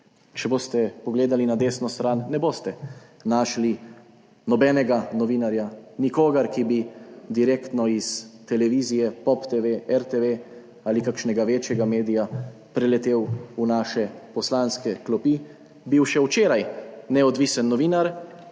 Če boste pogledali na desno stran, ne boste našli nobenega novinarja, nikogar, ki bi direktno s televizije Pop TV, RTV ali kakšnega večjega medija preletel v naše poslanske klopi, bil še včeraj neodvisni novinar,